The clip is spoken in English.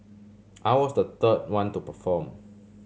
I was the third one to perform